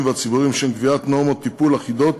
והציבוריים לשם קביעת נורמות טיפול אחידות